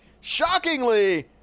shockingly